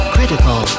Critical